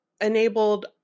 enabled